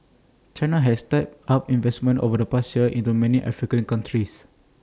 China has stepped up investment over the past years into many African countries